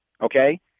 Okay